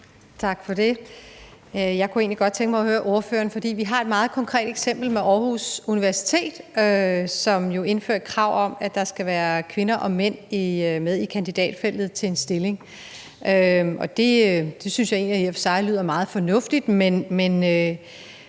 Tak for det. Jeg kunne egentlig godt tænke mig at høre ordføreren i forhold til et meget konkret eksempel, nemlig Aarhus Universitet, som har indført krav om, at der skal være både kvinder og mænd med i kandidatfeltet til en stilling. Og det synes jeg i og for sig egentlig lyder meget fornuftigt, men